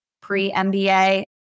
pre-MBA